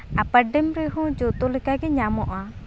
ᱟᱯᱟᱨ dam ᱨᱮᱦᱚᱸ ᱡᱚᱛᱚ ᱞᱮᱠᱟᱜᱮ ᱧᱟᱢᱚᱜᱼᱟ